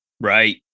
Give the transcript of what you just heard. right